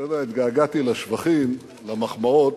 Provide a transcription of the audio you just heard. אתה יודע, התגעגעתי לשבחים, למחמאות,